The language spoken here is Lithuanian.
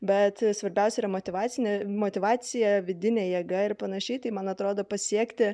bet svarbiausia yra motyvacinė motyvacija vidinė jėga ir panašiai tai man atrodo pasiekti